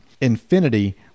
Infinity